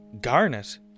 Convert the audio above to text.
Garnet